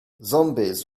zombies